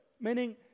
meaning